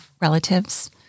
relatives